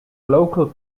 local